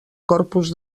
corpus